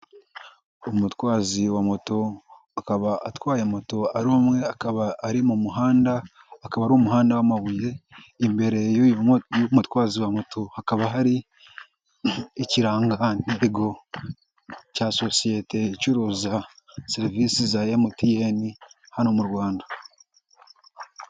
Umutwazi wa moto akaba atwaye moto ari umwe akaba ari mu muhanda, akaba ari umuhanda w'amabuye, imbere y'umutwaza wa moto hakaba hari ikirangantego cya sosiyete icuruza serivisi za MTN hano mu Rwanda.